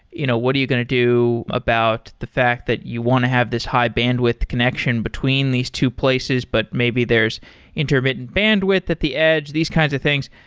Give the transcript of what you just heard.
you know what are you going to do about the fact that you want to have this high-bandwidth connection between these two places, but maybe there's intermittent bandwidth at the edge, these kinds of things.